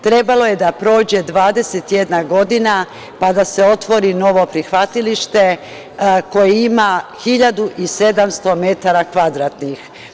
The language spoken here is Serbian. Trebalo je da prođe 21 godina, pa da se otvori novo prihvatilište, koje ima 1.700 metara kvadratnih.